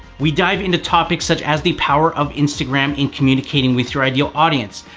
we dive into topics such as the power of instagram in communicating with your ideal audience.